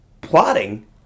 plotting